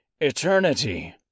eternity